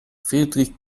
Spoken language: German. friedrich